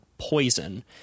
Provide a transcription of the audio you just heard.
poison